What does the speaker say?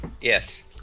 Yes